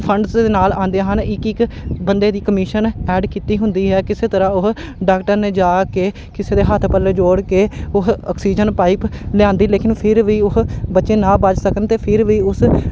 funds ਦੇ ਨਾਲ ਆਉਂਦੇ ਹਨ ਇੱਕ ਇੱਕ ਬੰਦੇ ਦੀ ਕਮਿਸ਼ਨ ਐਡ ਕੀਤੀ ਹੁੰਦੀ ਹੈ ਕਿਸੇ ਤਰ੍ਹਾਂ ਉਹ ਡਾਕਟਰ ਨੇ ਜਾ ਕੇ ਕਿਸੇ ਦੇ ਹੱਥ ਪੱਲੇ ਜੋੜ ਕੇ ਉਹ ਔਕਸੀਜਨ ਪਾਈਪ ਲਿਆਂਦੀ ਲੇਕਿਨ ਫਿਰ ਵੀ ਉਹ ਬੱਚੇ ਨਾ ਬਚ ਸਕਣ ਅਤੇ ਫਿਰ ਵੀ ਉਸ